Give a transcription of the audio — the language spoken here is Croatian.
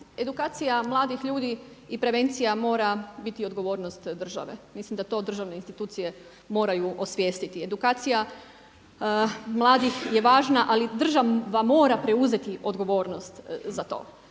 Edukacija mladih ljudi i prevencija mora biti odgovornost države. Mislim da to državne institucije moraju osvijestiti. Edukacija mladih je važna, ali država mora preuzeti odgovornost za to.